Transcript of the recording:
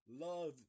love